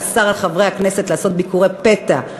שאסר על חברי הכנסת לעשות ביקורי פתע.